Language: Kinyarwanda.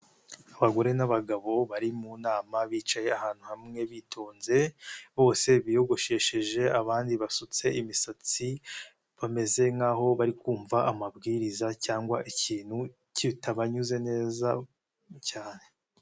Abagore n'abagabo bari mu nama bicaye ahantu hamwe bitonze, bose biyogoshesheje abandi basutse imisatsi, bameze nk'aho bari kumva amabwiriza cyangwa ikintu kitabanyuze neza cyane.